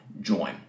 join